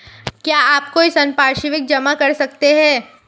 क्या आप कोई संपार्श्विक जमा कर सकते हैं?